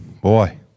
boy